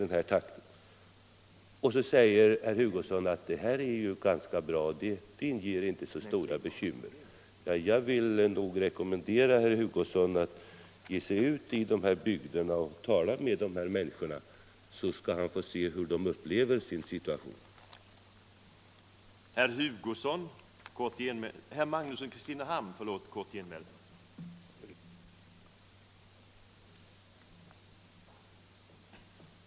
Men herr Hugosson säger ändå att det här är ganska bra och inte inger så stora bekymmer. Jag vill rekommendera herr Hugosson att resa ut i de här bygderna och tala med människorna där. Han skall då få se att de upplever sin situation på ett helt annat sätt.